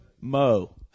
Mo